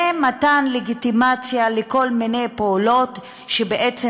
זה מתן לגיטימציה לכל מיני פעולות שבעצם